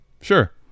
Sure